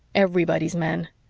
everybody's men!